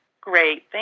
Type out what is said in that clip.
Great